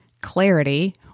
clarity